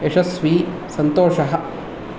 यशस्वी सन्तोषः